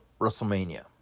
Wrestlemania